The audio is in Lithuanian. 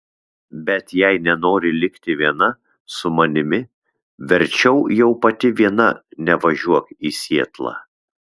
bet jei nenori likti viena su manimi verčiau jau pati viena nevažiuok į sietlą